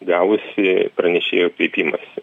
gavusi pranešėjo kreipimąsi